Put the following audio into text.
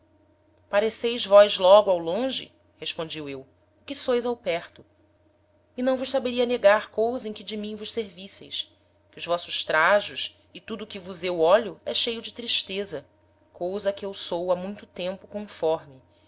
pareceis vós logo ao longe respondi eu o que sois ao perto e não vos saberia negar cousa em que de mim vos servisseis que os vossos trajos e tudo o que vos eu ólho é cheio de tristeza cousa a que eu sou ha muito tempo conforme